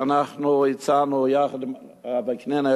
שאנחנו הצענו יחד עם וקנין,